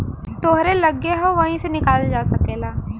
तोहरे लग्गे हौ वही से निकालल जा सकेला